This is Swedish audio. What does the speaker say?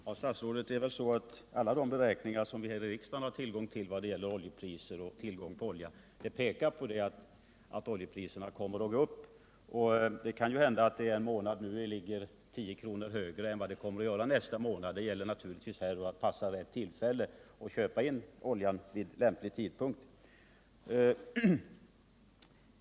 Herr talman! Det är väl så, herr statsråd, att alla de beräkningar som vi i riksdagen har vad gäller oljepriser och tillgång på olja pekar på att oljepriserna kommer att stiga. Det kan hända att priset på ett ton olja en månad ligger 10 kr. högre än vad det kommer att göra nästa månad, och det gäller naturligtvis därför att avvakta rätt tillfälle och att passa på att köpa in oljan vid lämplig tidpunkt.